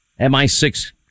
MI6